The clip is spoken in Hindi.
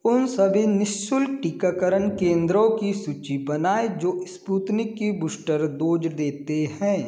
उन सभी नि शुल्क टीकाकरण केंद्रों की सूची बनाएँ जो स्पुतनिक की बूस्टर डोज़ देते हैं